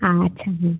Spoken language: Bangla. আচ্ছা হুম